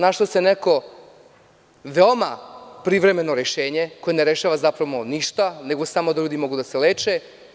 Našlo se neko, veoma privremeno rešenje, koje ne rešava zapravo ništa, nego samo da ljudi mogu da se leče.